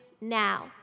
now